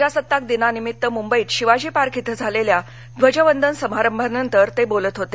प्रजासत्ताक दिनानिमित्त मुंबईत शिवाजी पार्क इथं झालेल्या ध्वजवंदन समारंभानंतर ते बोलत होते